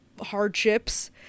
hardships